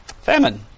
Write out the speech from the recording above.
Famine